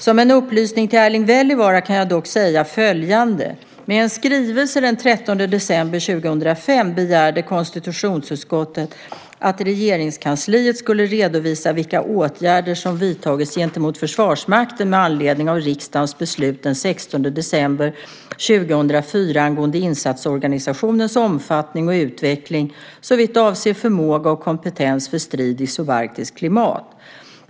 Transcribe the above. Som en upplysning till Erling Wälivaara kan jag dock säga följande. Med en skrivelse den 13 december 2005 begärde konstitutionsutskottet att Regeringskansliet skulle redovisa vilka åtgärder som vidtagits gentemot Försvarsmakten med anledning av riksdagens beslut den 16 december 2004 angående insatsorganisationens omfattning och utveckling såvitt avser förmåga och kompetens för strid i subarktiskt klimat .